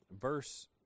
Verse